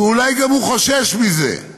אולי גם הוא חושש מזה.